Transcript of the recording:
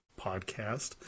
podcast